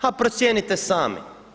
Ha, procijenite sami.